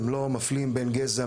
הן לא מפלים בין גזע,